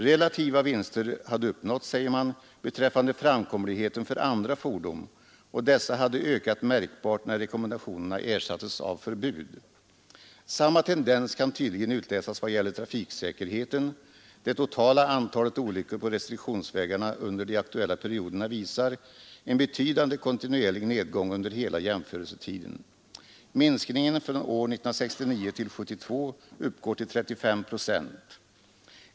Relativa vinster hade uppnåtts, säger man, beträffande framkomligheten för andra fordon, och dessa hade ökat märkbart när rekommendationerna ersattes av förbud. Samma tendens kan tydligen utläsas vad gäller trafiksäkerheten — det totala antalet olyckor på restriktionsvägarna under de aktuella perioderna visar en betydande kontinuerlig nedgång under hela jämförelsetiden. Minskningen från år 1969 till 1972 uppgår till 35 procent.